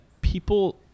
people